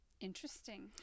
Interesting